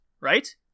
right